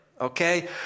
okay